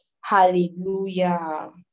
Hallelujah